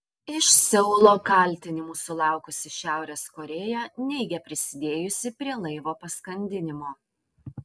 iš seulo kaltinimų sulaukusi šiurės korėja neigia prisidėjusi prie laivo paskandinimo